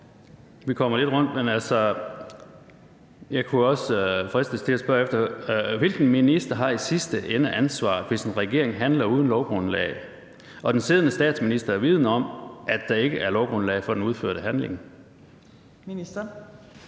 vi kommer lidt rundt. Men jeg kunne også fristes til at spørge efter: Hvilken minister har i sidste ende ansvaret, hvis en regering handler uden lovgrundlag, og den siddende statsminister er vidende om, at der ikke er lovgrundlag for den udførte handling? Kl.